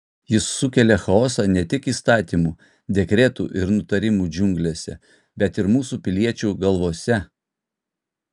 jis sukelia chaosą ne tik įstatymų dekretų ir nutarimų džiunglėse bet ir mūsų piliečių galvose